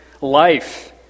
life